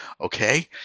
okay